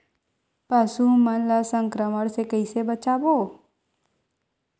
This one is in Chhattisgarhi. पशु मन ला संक्रमण से कइसे बचाबो?